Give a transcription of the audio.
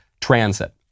transit